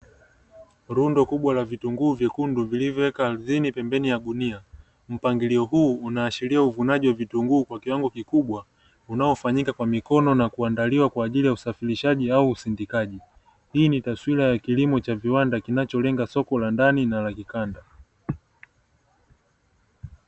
Rundo kubwa la vitunguu vikundi vilivyoweka kazini pembeni ya gunia, mpangilio huu unaashiria uvunaji wa vitunguu kwa kiwango kikubwa, unaofanyika kwa mikono na kuandaliwa kwa ajili ya usafirishaji au usindikaji, hii taswira ya kilimo cha viwanda kinacholenga soko la ndani na la kikanda.